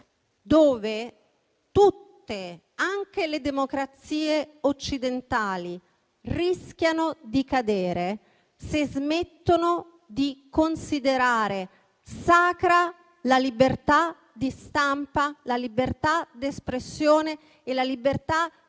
dove tutte, anche le democrazie occidentali, rischiano di cadere, se smettono di considerare sacra la libertà di stampa, la libertà d'espressione e la libertà